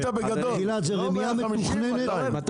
גלעד, זו רמייה מתוכננת בעזות מצח.